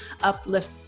uplift